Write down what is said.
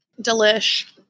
Delish